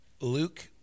Luke